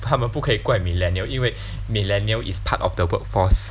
他们不可以怪 millennial 因为 millennial is part of the workforce